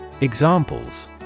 Examples